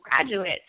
graduates